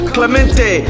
Clemente